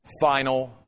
final